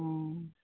অঁ